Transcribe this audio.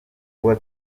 kuza